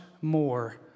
more